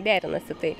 derinasi tai